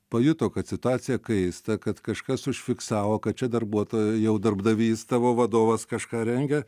pajuto kad situacija kaista kad kažkas užfiksavo kad čia darbuotojo jau darbdavys tavo vadovas kažką rengia